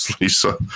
Lisa